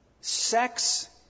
sex